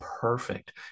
perfect